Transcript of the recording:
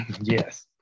Yes